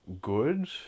good